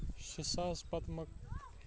شیٚے ساس